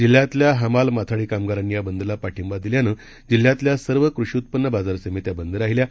जिल्ह्यातल्या हमाल माथाडी कामगारांनी या बंदला पाठिंबा दिल्यानं जिल्ह्यातल्या सर्व कृषी उत्पन्न बाजार समित्या बंद आहेत